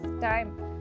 time